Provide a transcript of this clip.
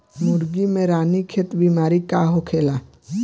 मुर्गी में रानीखेत बिमारी का होखेला?